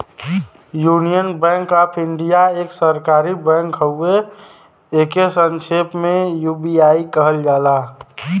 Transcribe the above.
union bank of India एक सरकारी bank हउवे एके संक्षेप में यू.बी.आई कहल जाला